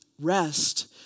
rest